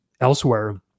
elsewhere